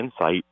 insight